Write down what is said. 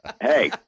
Hey